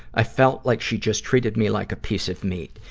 i felt like she just treated me like a piece of meat.